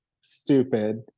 stupid